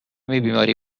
بیماری